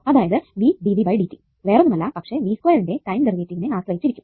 അതായത് V വേറൊന്നുമല്ല പക്ഷെ ന്റെ ടൈം ഡെറിവേറ്റീവിനെ ആശ്രയിച്ചു ഇരിക്കും